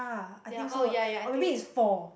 they are all ya ya I think so